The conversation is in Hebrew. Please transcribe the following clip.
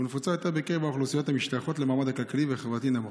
ונפוצה יותר בקרב האוכלוסיות המשתייכות למעמד כלכלי וחברתי נמוך,